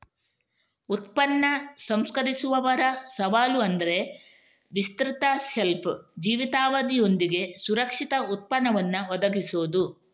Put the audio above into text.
ಉತ್ಪನ್ನ ಸಂಸ್ಕರಿಸುವವರ ಸವಾಲು ಅಂದ್ರೆ ವಿಸ್ತೃತ ಶೆಲ್ಫ್ ಜೀವಿತಾವಧಿಯೊಂದಿಗೆ ಸುರಕ್ಷಿತ ಉತ್ಪನ್ನವನ್ನ ಒದಗಿಸುದು